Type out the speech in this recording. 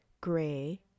gray